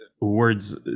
words